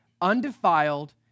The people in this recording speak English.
undefiled